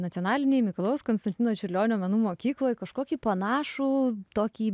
nacionalinėj mikalojaus konstantino čiurlionio menų mokykloj kažkokį panašų tokį